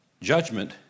Judgment